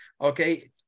Okay